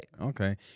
Okay